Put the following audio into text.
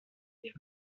des